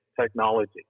technology